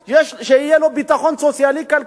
ושיהיה לו גם ביטחון סוציאלי-כלכלי.